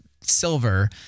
silver